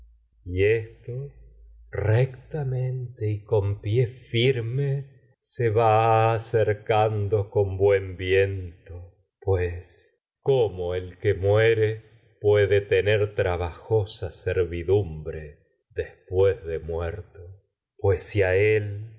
y esto con rectamente y pie firme que se va muere acercando con buen viento pues cómo el puede tener traba josa la servidumbre después de muerto pues del centauro de este si a él